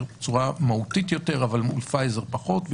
בצורה מהותית יותר אבל מול פייזר פחות.